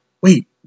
wait